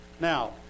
now